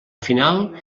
final